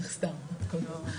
שנים.